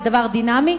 זה דבר דינמי,